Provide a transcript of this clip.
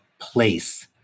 place